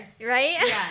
Right